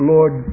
Lord